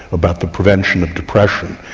about the prevention depression.